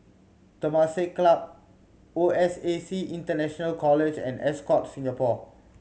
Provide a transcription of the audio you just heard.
Temasek Club O S A C International College and Ascott Singapore